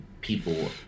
people